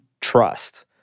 trust